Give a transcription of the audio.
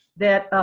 that